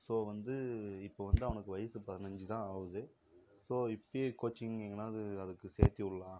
so வந்து இப்போ வந்து அவனுக்கு வயது பதினஞ்சு தான் ஆகுது ஸோ இப்போயே கோச்சிங் எங்கனாவது அதுக்கு சேத்துவுடலாம்